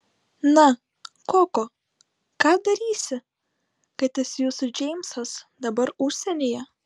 na koko ką darysi kai tas jūsų džeimsas dabar užsienyje